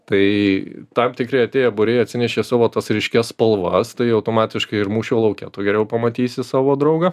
tai tam tikri atėję būriai atsinešė savo tas ryškias spalvas tai automatiškai ir mūšio lauke tu geriau pamatysi savo draugą